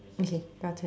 okay your turn